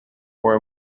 were